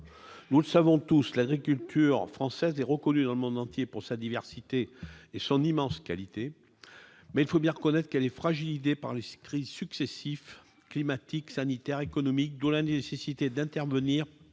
Nous le savons tous, l'agriculture française est reconnue dans le monde entier pour sa diversité et son immense qualité, mais, il faut bien le reconnaître, elle est fragilisée par les crises successives- crises climatiques, sanitaires, économiques -; d'où la nécessité d'intervenir